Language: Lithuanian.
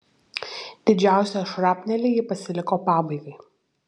didžiausią šrapnelį ji pasiliko pabaigai